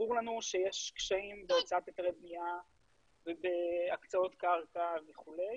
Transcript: ברור לנו שיש קשיים בהוצאת היתרי בנייה ובהקצאות קרקע וכו',